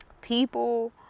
people